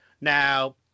Now